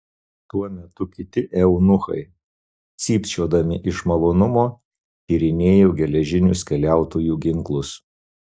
tuo metu kiti eunuchai cypčiodami iš malonumo tyrinėjo geležinius keliautojų ginklus